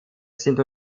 sind